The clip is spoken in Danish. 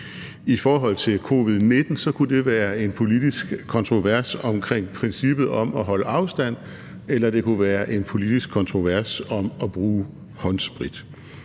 I forhold til covid-19 kunne det være en politisk kontrovers om princippet om at holde afstand, eller det kunne være en politisk kontrovers om at bruge håndsprit.